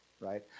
right